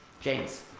james.